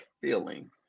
feeling